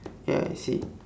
ya I see